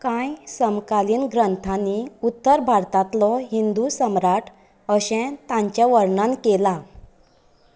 कांय समकालीन ग्रंथांनी उत्तर भारतांतलो हिंदू सम्राट अशें ताचें वर्णन केलां